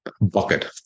bucket